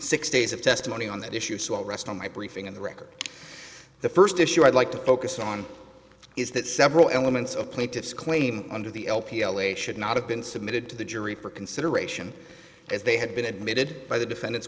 six days of testimony on that issue so i'll rest on my briefing on the record the first issue i'd like to focus on is that several elements of plaintiff's claim under the l p l a should not have been submitted to the jury for consideration as they had been admitted by the defendant's